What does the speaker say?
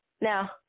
Now